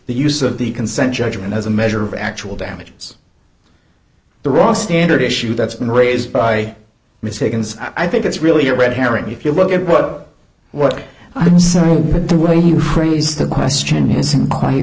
the use of the consent judgment as a measure of actual damages the ross standard issue that's been raised by mistake and i think it's really a red herring if you look at what what i'm sorry for the way you phrased the question isn't quite